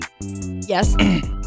Yes